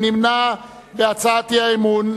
מי נמנע בהצעת האי-אמון?